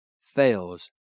fails